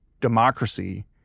democracy